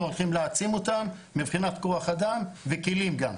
אנחנו הולכים להעצים אותם מבחינת כוח אדם וכלים גם.